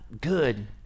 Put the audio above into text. good